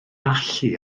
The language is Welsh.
allu